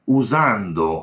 usando